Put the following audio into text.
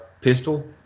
pistol